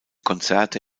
konzerte